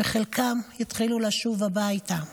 בחלקם התחילו לשוב הביתה.